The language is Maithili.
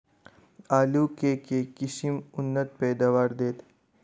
आलु केँ के किसिम उन्नत पैदावार देत?